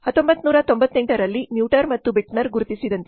1998 ರಲ್ಲಿಮ್ಯೂ ಟರ್ ಮತ್ತು ಬಿಟ್ನರ್ ಗುರುತಿಸಿದಂತೆ